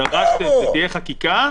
דרשתם שתהיה חקיקה.